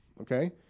okay